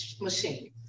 machine